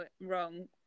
wrong